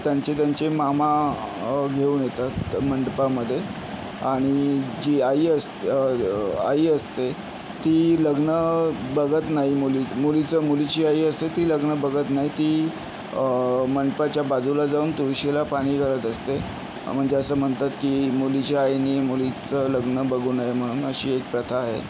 त्यांचे त्यांचे मामा घेऊन येतात मंडपामध्ये आणि जी आई अस आई असते ती लग्न बघत नाही मुली मुलीचं मुलीची आई असते ती लग्न बघत नाही ती मंडपाच्या बाजूला जाऊन तुळशीला पाणी घालत असते म्हणजे असं म्हणतात की मुलीच्या आईनी मुलीचं लग्न बघू नये म्हणून अशी एक प्रथा आहे